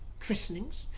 christenings,